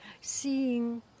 seeing